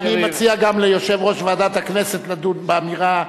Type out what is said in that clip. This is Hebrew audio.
אני מציע גם ליושב-ראש ועדת הכנסת לדון באמירה.